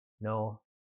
no